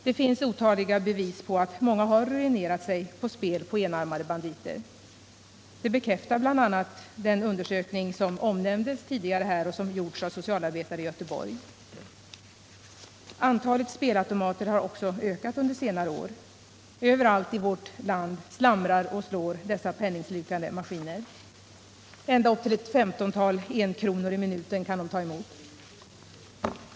Det finns otaliga bevis på att många har ruinerat sig på spel på enarmade banditer. Det bekräftar bl.a. en undersökning som gjorts av socialarbetare i Göteborg. Antalet spelautomater har också ökat under senare år. Överallt i vårt land slamrar och slår dessa penningslukande maskiner! Ända upp till ett femtontal kronor i minuten kan de ta emot.